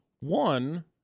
one